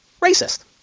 Racist